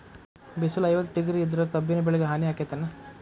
ಬಿಸಿಲ ಐವತ್ತ ಡಿಗ್ರಿ ಇದ್ರ ಕಬ್ಬಿನ ಬೆಳಿಗೆ ಹಾನಿ ಆಕೆತ್ತಿ ಏನ್?